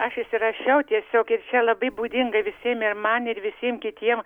aš įsirašiau tiesiog ir čia labai būdinga visiem ir man ir visiem kitiem